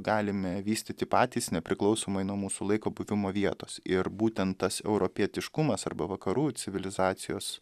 galime vystyti patys nepriklausomai nuo mūsų laiko buvimo vietos ir būtent tas europietiškumas arba vakarų civilizacijos